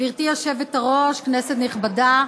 גברתי היושבת-ראש, כנסת נכבדה,